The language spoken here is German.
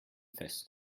fest